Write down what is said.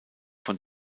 von